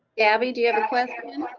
gaby have a question?